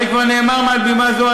הרי כבר נאמר מעל בימה זו,